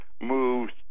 moves